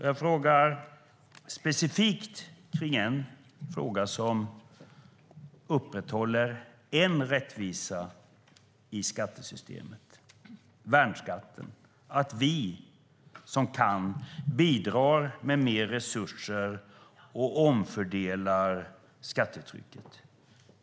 Jag har en fråga om en specifik skatt som upprätthåller en rättvisa i skattesystemet, nämligen värnskatten. Vi som kan bidrar med mer resurser och omfördelar skattetrycket.